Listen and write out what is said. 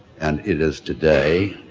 and it is today